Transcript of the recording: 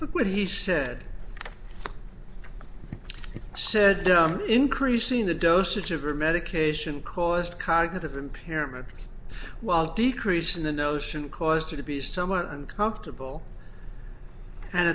look what he said he said increasing the dosage of her medication caused cognitive impairment while decreasing the notion caused her to be somewhat uncomfortable and